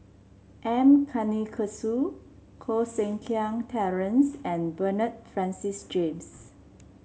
M Karthigesu Koh Seng Kiat Terence and Bernard Francis James